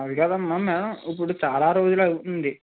అదికాదమ్మ ma'am ఇప్పుడు చాలా రోజులు అవుతుంది